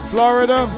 Florida